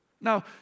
Now